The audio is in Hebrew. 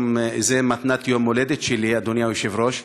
זאת מתנת יום הולדת שלי, אדוני היושב-ראש,